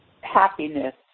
happiness